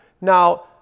Now